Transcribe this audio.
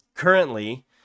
Currently